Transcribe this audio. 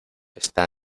está